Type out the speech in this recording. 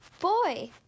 Boy